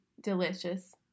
delicious